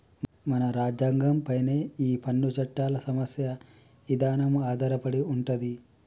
మన రాజ్యంగం పైనే ఈ పన్ను చట్టాల సమస్య ఇదానం ఆధారపడి ఉంటది